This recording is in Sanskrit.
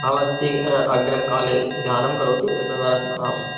भवान् अग्रिमे काले ध्यानं करोतु एतदर्थमहम्